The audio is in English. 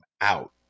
out